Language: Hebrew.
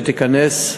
שתיכנס,